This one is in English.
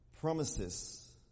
promises